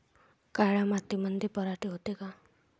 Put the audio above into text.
काळ्या मातीमंदी पराटी होते का?